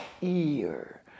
ear